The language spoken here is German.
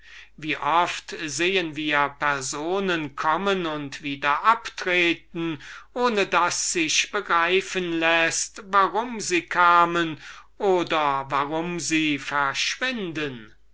wie oft sehen wir personen kommen und wieder abtreten ohne daß sich begreifen läßt warum sie kamen oder warum sie wieder verschwinden